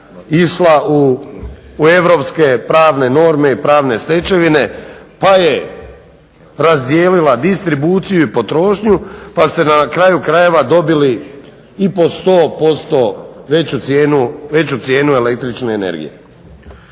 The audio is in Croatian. išla u europske pravne norme i pravne stečevine pa je razdijelila distribuciju i potrošnju pa ste na kraju krajeva dobili i po 100% veću cijenu el.energije.